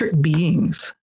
beings